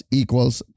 equals